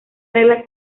regla